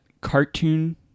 cartoon